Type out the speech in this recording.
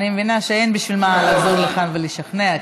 אני מבינה שאין בשביל מה לחזור לכאן ולשכנע,